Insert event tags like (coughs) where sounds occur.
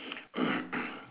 (coughs)